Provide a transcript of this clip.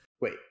Wait